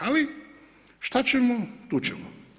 Ali što ćemo, tu ćemo.